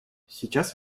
сейчас